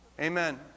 Amen